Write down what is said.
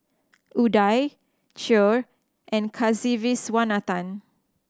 Udai Choor and Kasiviswanathan